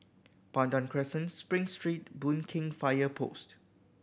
Pandan Crescent Spring Street Boon Keng Fire Post